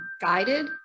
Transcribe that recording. guided